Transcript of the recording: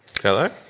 Hello